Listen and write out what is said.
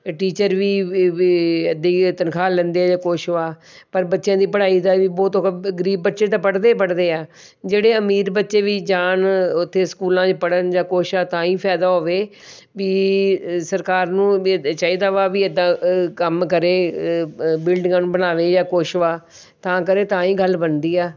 teacher ਵੀ ਵੀ ਵੀ ਐਦੀ ਤਨਖਾਹ ਲੈਂਦੇ ਆ ਜਾਂ ਕੁਝ ਵਾ ਪਰ ਬੱਚਿਆਂ ਦੀ ਪੜ੍ਹਾਈ ਦਾ ਵੀ ਬਹੁਤ ਗਰੀਬ ਬੱਚੇ ਤਾਂ ਪੜ੍ਹਦੇ ਹੀ ਪੜ੍ਹਦੇ ਆ ਜਿਹੜੇ ਅਮੀਰ ਬੱਚੇ ਵੀ ਜਾਣ ਉਥੇ ਸਕੂਲਾਂ 'ਚ ਪੜ੍ਹਨ ਜਾਂ ਕੁਝ ਆ ਤਾਂ ਹੀ ਫਾਇਦਾ ਹੋਵੇ ਵੀ ਸਰਕਾਰ ਨੂੰ ਵ ਚਾਹੀਦਾ ਵਾ ਵੀ ਇੱਦਾਂ ਕੰਮ ਕਰੇ ਬਿਲਡਿੰਗਾਂ ਨੂੰ ਬਣਾਵੇ ਜਾਂ ਕੁਝ ਵਾ ਤਾਂ ਕਰੇ ਤਾਂ ਹੀ ਗੱਲ ਬਣਦੀ ਆ